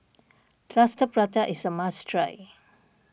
Plaster Prata is a must try